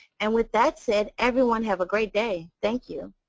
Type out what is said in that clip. and with that said, everyone have a great day. thank you.